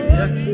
yes